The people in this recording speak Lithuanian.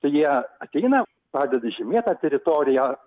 tai jie ateina padeda žymėt tą teritoriją